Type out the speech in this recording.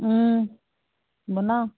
বনাওঁ